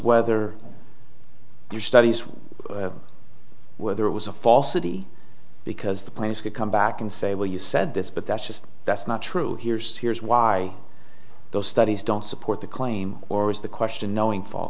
whether your studies were whether it was a falsity because the players could come back and say well you said this but that's just that's not true here's here's why those studies don't support the claim or raise the question knowing fal